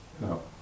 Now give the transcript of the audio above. No